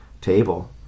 table